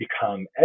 become